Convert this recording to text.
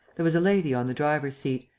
there was a lady on the driver's seat.